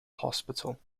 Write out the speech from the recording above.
hospital